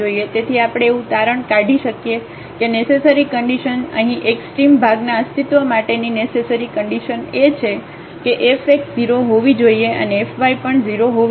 તેથી આપણે એવું તારણ નીકળી શકીએ કે નેસેસરી કન્ડિશન તેથી અહીં એક્સ્ટ્રીમમ ભાગના અસ્તિત્વ માટેની નેસેસરી કન્ડિશન એ છે કે fx 0 હોવી જોઈએ અને fy પણ 0 હોવી જોઈએ